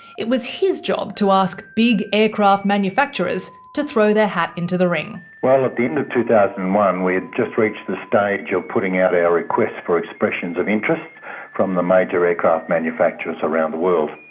it was his job to ask big aircraft manufacturers to throw their hat into the ring. well, at the end of two thousand and one we'd just reached the stage of putting out our requests for expressions of interest from the major aircraft manufacturers around the world.